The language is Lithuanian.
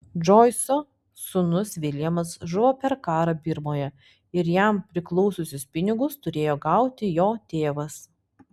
džoiso sūnus viljamas žuvo per karą birmoje ir jam priklausiusius pinigus turėjo gauti jo tėvas